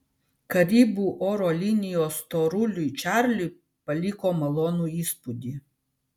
karibų oro linijos storuliui čarliui paliko malonų įspūdį